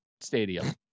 stadium